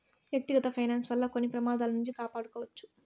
వ్యక్తిగత ఫైనాన్స్ వల్ల కొన్ని ప్రమాదాల నుండి కాపాడుకోవచ్చు